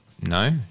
No